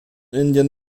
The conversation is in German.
indien